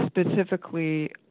specifically